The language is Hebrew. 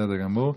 בסדר גמור.